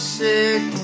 sick